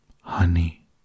Honey